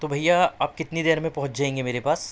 تو بھیا آپ کتنی دیر میں پہنچ جائیں گے میرے پاس